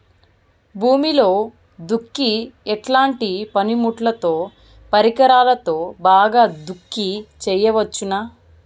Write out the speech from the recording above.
భూమిలో దుక్కి ఎట్లాంటి పనిముట్లుతో, పరికరాలతో బాగా దుక్కి చేయవచ్చున?